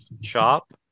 shop